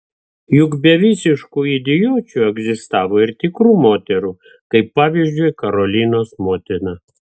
juk be visiškų idiočių egzistavo ir tikrų moterų kaip pavyzdžiui karolinos motina